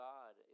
God